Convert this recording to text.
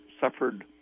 suffered